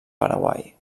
paraguai